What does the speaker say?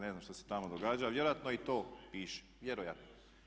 Ne znam što se tamo događa, ali vjerojatno i to piše, vjerojatno.